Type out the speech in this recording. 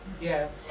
Yes